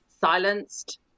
silenced